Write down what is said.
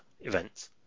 events